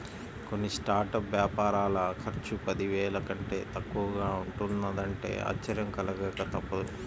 కొన్ని స్టార్టప్ వ్యాపారాల ఖర్చు పదివేల కంటే తక్కువగా ఉంటున్నదంటే ఆశ్చర్యం కలగక తప్పదు